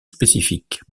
spécifiques